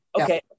Okay